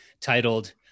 titled